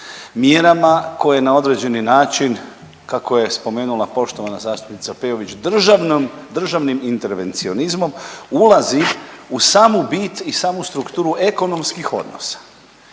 Mjerama koje na određeni način kako je spomenula poštovana zastupnica Peović državnim intervencionizmom ulazi u samu bit i samu strukturu ekonomskih odnosa.